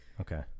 Okay